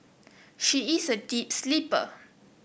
she is a deep sleeper